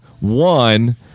One